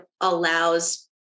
allows